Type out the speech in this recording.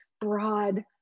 broad